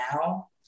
now